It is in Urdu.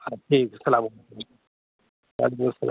ہاں ٹھیک السّلام علیکم وعلیکم السّلام